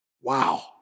Wow